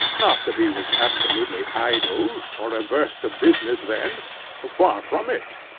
not that he was absolutely idle, or averse to business then far from it.